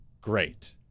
great